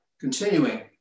Continuing